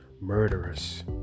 murderers